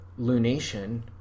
lunation